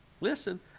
listen